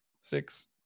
six